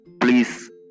Please